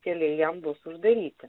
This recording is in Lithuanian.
keliai jiem bus uždaryti